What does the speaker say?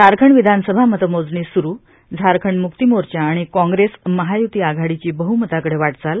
झारखंड विधानसभा मतमोजणी सुरू झारखंड मुक्तिमोर्चा आणि काँग्रेस महायुती आघाडीची बहुमताकडे वाटवाल